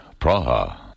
Praha